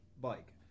bike